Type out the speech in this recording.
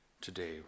today